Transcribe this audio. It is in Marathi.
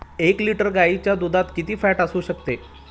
एक लिटर गाईच्या दुधात किती फॅट असू शकते?